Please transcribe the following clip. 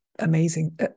amazing